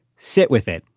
sit with it.